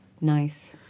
Nice